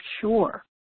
sure